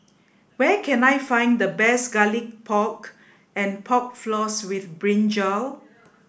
where can I find the best Garlic Pork and Pork Floss with Brinjal